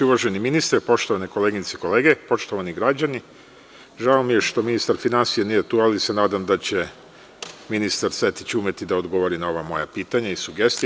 Uvaženi ministre, poštovane koleginice i kolege, poštovani građani, žao mi je što ministar finansija nije tu, ali se nadam da će ministar Sertić umeti da odgovori na ova moja pitanja i sugestije.